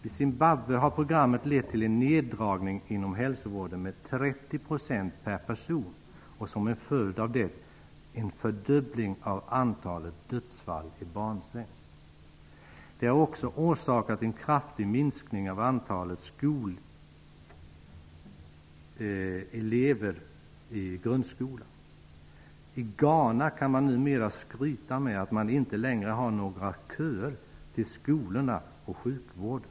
I Zimbabwe har programmet lett till en neddragning inom hälsovården med 30 % per person och som en följd av det en fördubbling av antalet dödsfall i barnsäng. Det har också orsakat en kraftig minskning av antalet skolelever i grundskolan. I Ghana kan man numera skryta med att man inte längre har några köer till skolorna och sjukvården.